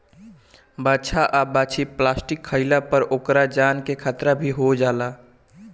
बाछा आ बाछी प्लास्टिक खाइला पर ओकरा जान के भी खतरा हो जाला